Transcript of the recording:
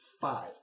Five